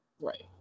Right